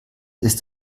ist